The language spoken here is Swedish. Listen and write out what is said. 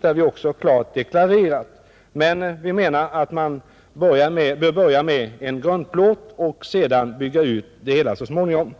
Det har vi också klart deklarerat, men vi anser att man bör börja med en grundplåt och sedan bygga ut det hela så småningom.